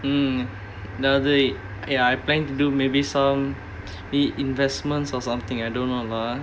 mm ya I planning to do maybe some i~ investments or something I don't know lah